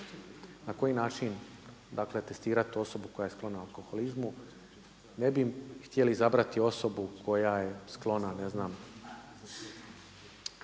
Na koji način testirati osobu koja je sklona alkoholizmu, ne bi htjeli izabrati osobu koja je sklona ne znam